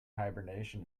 hibernation